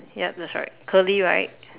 yup that's right curly right